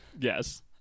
Yes